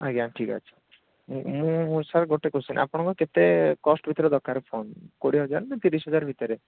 ଆଜ୍ଞା ଠିକ୍ ଅଛି ମୁଁ ସାର୍ ଗୋଟେ କୋଶ୍ଚିନ୍ ଆପଣଙ୍କ କେତେ କଷ୍ଟ୍ ଭିତରେ ଦରକାର ଫୋନ୍ କୋଡ଼ିଏ ହଜାର ନା ତିରିଶି ହଜାର ଭିତରେ